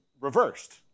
reversed